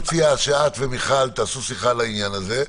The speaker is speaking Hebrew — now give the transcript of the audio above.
שאת ומיכל תקיימו שיחה על העניין הזה.